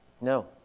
No